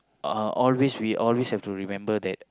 uh always we always have to remember that